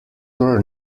were